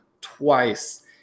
twice